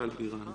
מיכל בירן,